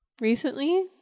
Recently